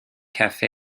cafe